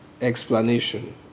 explanation